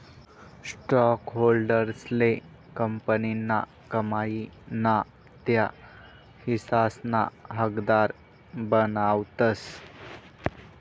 स्टॉकहोल्डर्सले कंपनीना कमाई ना त्या हिस्साना हकदार बनावतस